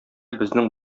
безнең